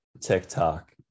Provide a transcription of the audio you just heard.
TikTok